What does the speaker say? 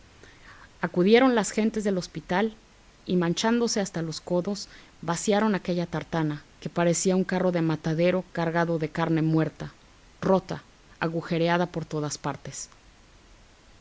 acudieron las gentes del hospital y manchándose hasta los codos vaciaron aquella tartana que parecía un carro del matadero cargado de carne muerta rota agujereada por todas partes